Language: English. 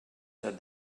said